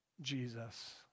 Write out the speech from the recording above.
Jesus